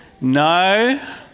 No